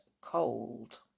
cold